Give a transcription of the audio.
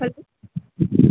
hello